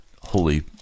Holy